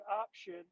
option